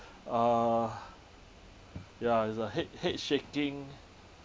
uh ya it's a head head shaking